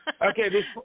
Okay